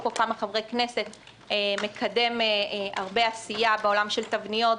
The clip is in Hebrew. פה כמה חברי כנסת מקדם הרבה עשייה בעולם של תבניות,